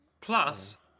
Plus